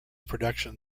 production